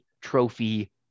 Trophy